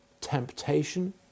temptation